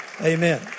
Amen